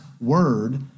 word